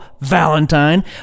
Valentine